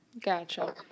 Gotcha